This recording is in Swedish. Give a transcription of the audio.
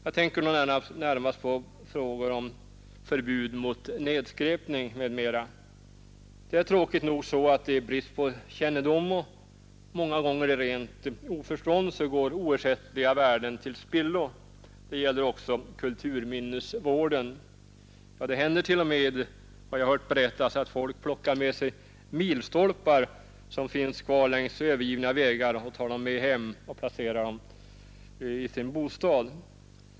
Jag tänker då närmast på frågan om förbud mot nedskräpning m.m. Tråkigt nog går oersättliga värden till spillo i brist på kännedom om dem och många gånger i rent oförstånd. Detta gäller också kulturminnesvården. Jag har hört sägas att det t.o.m. händer att folk plockar med sig milstolpar som finns kvar längs övergivna vägar. De tar dem med sig hem och placerar dem i sin bostad.